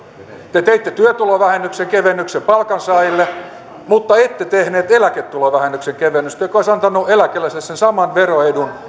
te teitte työtulovähennyksen kevennyksen palkansaajille mutta ette tehneet eläketulovähennyksen kevennystä joka olisi antanut eläkeläisille sen saman veroedun